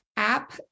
app